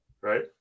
right